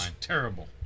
Terrible